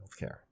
healthcare